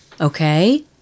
Okay